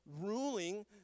ruling